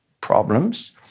problems